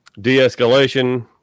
de-escalation